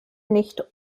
nicht